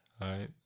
right